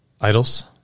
idols